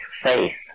faith